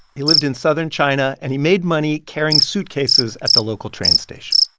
he lived in southern china, and he made money carrying suitcases at the local train station.